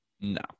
No